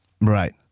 Right